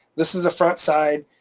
this is the front side.